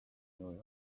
new